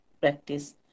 practice